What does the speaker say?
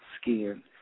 skin